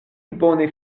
bone